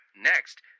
Next